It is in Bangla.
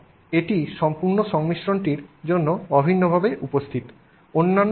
এবং এটি সম্পূর্ণ সংমিশ্রণটির জন্য অভিন্নভাবে উপস্থিত